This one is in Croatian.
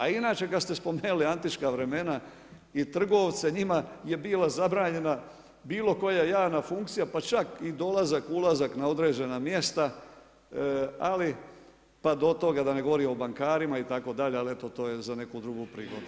A inače kada ste spomenuli antička vremena i trgovce, njima je bila zabranjena bilo koja javna funkcija pa čak i dolazak, ulazak na određena mjesta, pa do toga da ne govorimo o bankarima itd. ali to je za neku drugu prigodu.